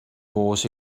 was